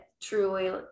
truly